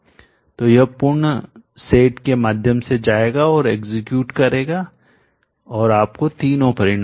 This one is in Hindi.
तो यह पूर्ण सेट के माध्यम से जाएगा और एग्जीक्यूटनिष्पादित करेगा औरआपको तीनों परिणाम देगा